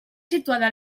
situada